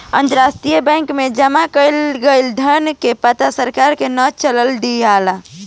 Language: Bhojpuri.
अंतरराष्ट्रीय बैंक में जामा कईल धन के पता सरकार के ना चले दियाला